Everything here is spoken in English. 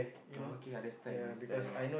oh okay yeah understand understand